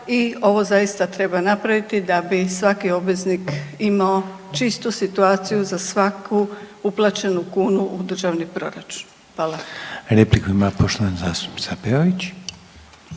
i ovo zaista treba napraviti da bi svaki obveznik imao čistu situaciju za svaku uplaćenu kunu u državni proračun. Hvala. **Reiner, Željko (HDZ)** Repliku